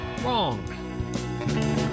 wrong